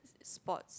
sports